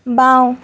বাওঁ